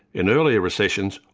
in earlier recessions,